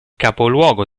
capoluogo